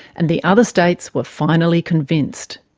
and the other states were finally convinced.